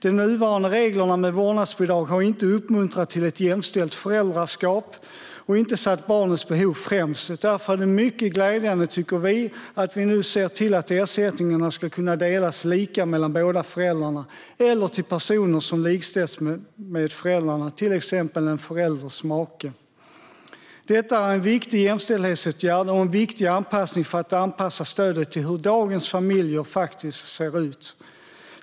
De nuvarande reglerna med vårdnadsbidrag har inte uppmuntrat till ett jämställt föräldraskap och inte satt barnets behov främst. Därför tycker vi att det är mycket glädjande att vi nu ser till att ersättningarna ska kunna delas lika mellan båda föräldrarna eller med personer som likställs med föräldrarna, till exempel en förälders make. Detta är en viktig jämställdhetsåtgärd och en viktig anpassning för att anpassa stödet till hur dagens familjer ser ut.